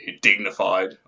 dignified